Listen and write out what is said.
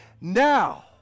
Now